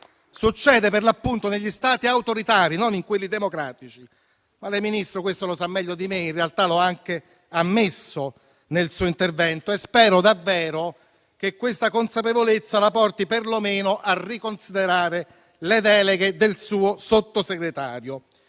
Succede per l'appunto negli Stati autoritari e non in quelli democratici. Lei, signor Ministro, questo lo sa meglio di me e in realtà lo ha anche ammesso nel suo intervento: spero davvero che questa consapevolezza la porti perlomeno a riconsiderare le deleghe del suo Sottosegretario.